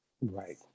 right